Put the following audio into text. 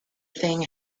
thing